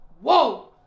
Whoa